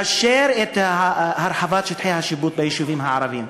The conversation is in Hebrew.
לאשר את הרחבת שטחי השיפוט ביישובים הערביים,